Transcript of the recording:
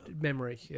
memory